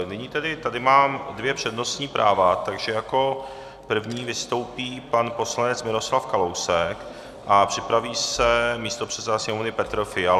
Nyní tady mám dvě přednostní práva, takže jako první vystoupí pan poslanec Miroslav Kalousek a připraví se místopředseda Sněmovny Petr Fiala.